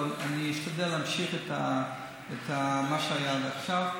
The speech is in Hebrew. אבל אני אשתדל להמשיך את מה שהיה עד עכשיו.